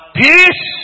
peace